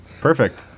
Perfect